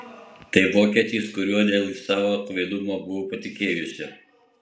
tai vokietis kuriuo dėl savo kvailumo buvau patikėjusi